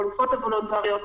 לגבי החלופות הוולונטריות,